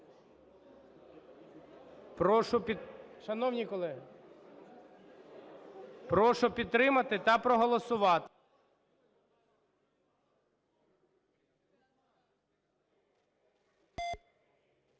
Прошу підтримати та проголосувати.